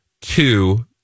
Two